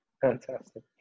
fantastic